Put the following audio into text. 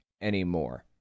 anymore